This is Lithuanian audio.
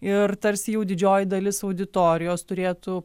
ir tarsi jau didžioji dalis auditorijos turėtų